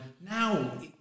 now